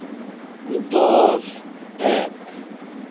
ᱫᱚᱥ ᱮᱠ